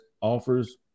offers